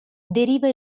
deriva